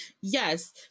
yes